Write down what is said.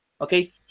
Okay